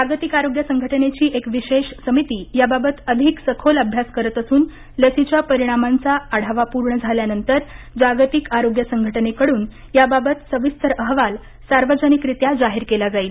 जागतिक आरोग्य संघटनेची एक विशेष समिती याबाबत अधिक सखोल अभ्यास करत असून लसीच्या परिणामांचा आढावा पूर्ण झाल्यानंतर जागतिक आरोग्य संघटनेकडून याबाबत सविस्तर अहवाल सार्वजनिकरित्या जाहीर केला जाईल